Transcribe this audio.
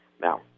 Now